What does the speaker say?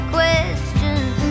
questions